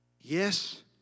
Yes